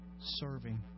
serving